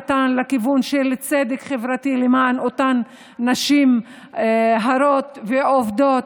קטן לכיוון של צדק חברתי למען אותן נשים הרות ועובדות,